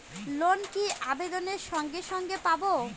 Loan কি আবেদনের সঙ্গে সঙ্গে পাব?